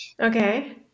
Okay